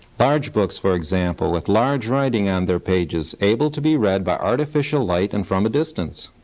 large books, for example, with large writing on their pages, able to be read by artificial light and from a distance.